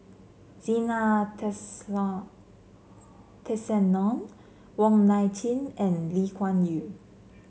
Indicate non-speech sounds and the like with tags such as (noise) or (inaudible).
Zena (unintelligible) Tessensohn Wong Nai Chin and Lee Kuan Yew